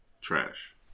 trash